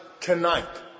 tonight